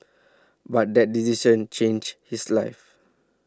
but that decision changed his life